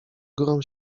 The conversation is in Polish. górą